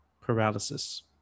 paralysis